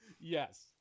Yes